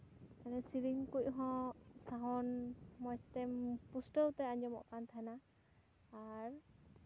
ᱥᱮ ᱨᱮ ᱧ ᱠᱚ ᱦᱚᱸ ᱥᱟᱣᱩᱱᱰ ᱢᱚᱡᱽ ᱛᱮᱢ ᱯᱩᱥᱴᱟᱹᱣ ᱛᱮ ᱟᱸᱡᱚᱢᱚᱜ ᱠᱟᱱ ᱛᱟᱦᱮᱱᱟ ᱟᱨ